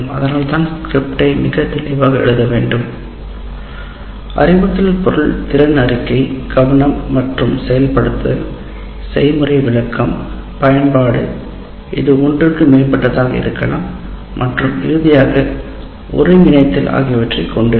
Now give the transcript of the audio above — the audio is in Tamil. அதனால்தான் ஸ்கிரிப்டை மிக தெளிவாக எழுத வேண்டும் அறிவுறுத்தல் பொருள் திறன் அறிக்கை கவனம் மற்றும் செயல்படுத்தல் செய்முறை விளக்கம் பயன்பாடு இது ஒன்றுக்கு மேற்பட்டதாக இருக்கலாம் மற்றும் இறுதியாக ஒருங்கிணைத்தல் ஆகியவற்றைக் கொண்டிருக்கும்